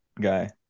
guy